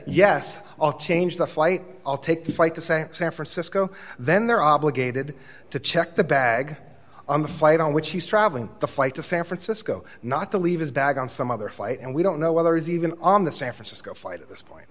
i'll change the flight i'll take the fight to say san francisco then they're obligated to check the bag on the flight on which he's traveling the flight to san francisco not to leave his bag on some other flight and we don't know whether he's even on the san francisco flight at this point